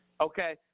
Okay